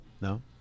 No